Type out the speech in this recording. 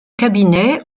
cabinet